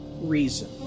reason